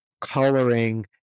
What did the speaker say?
coloring